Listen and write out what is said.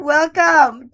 Welcome